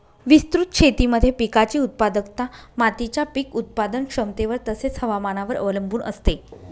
विस्तृत शेतीमध्ये पिकाची उत्पादकता मातीच्या पीक उत्पादन क्षमतेवर तसेच, हवामानावर अवलंबून असते